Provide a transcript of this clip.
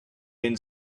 been